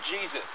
Jesus